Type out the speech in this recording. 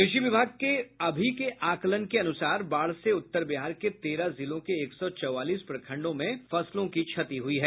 कृषि विभाग के अभी के आकलन के अनुसार बाढ़ से उत्तर बिहार के तेरह जिलों के एक सौ चौबालीस प्रखंडों में फसलों की क्षति हुई है